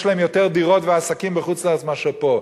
יש להם יותר דירות ועסקים בחוץ-לארץ מאשר פה.